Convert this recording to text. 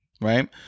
Right